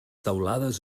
teulades